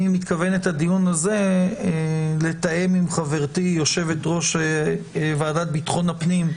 אני מתכוון את הדיון הזה לתאם עם חברתי יושבת-ראש ועדת ביטחון הפנים,